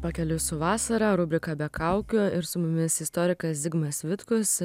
pakeliui su vasara rubrika be kaukių ir su mumis istorikas zigmas vitkus